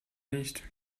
nicht